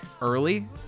early